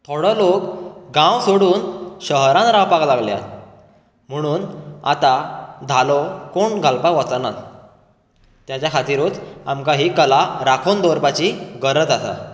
थोडो लोक गांव सोडून शहरान रावपाक लागल्यात म्हणून आता धालो कोण घालपाक वचनात तेज्या खातीरूच आमकां ही कला राखून दवरपाची गरज आसा